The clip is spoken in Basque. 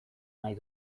nahi